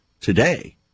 today